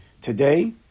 Today